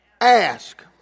ask